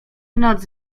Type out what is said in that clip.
noc